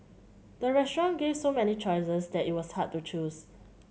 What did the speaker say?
the restaurant gave so many choices that it was hard to choose